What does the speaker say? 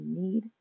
need